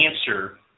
answer